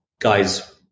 guys